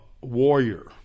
warrior